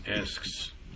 asks